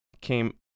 came